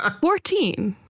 Fourteen